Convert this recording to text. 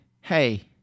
hey